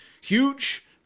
huge